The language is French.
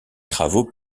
travaux